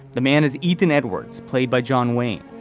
the man is ethan edwards played by john wayne.